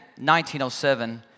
1907